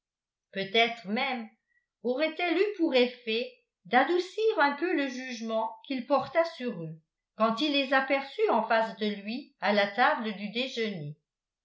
peut-être même aurait-elle eu pour effet d'adoucir un peu le jugement qu'il porta sur eux quand il les aperçut en face de lui à la table du déjeuner